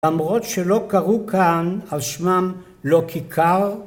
‫למרות שלא קראו כאן, ‫על שמם לא כיכר,